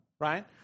Right